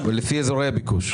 לפי אזורי הביקוש.